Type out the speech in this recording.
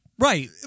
Right